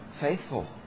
faithful